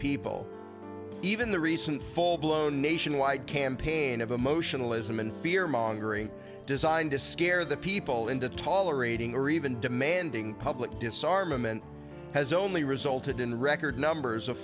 people even the recent full blown nationwide campaign of emotionalism and fear mongering designed to scare the people into tolerating or even demanding public disarmament has only resulted in record numbers of